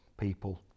people